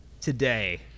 today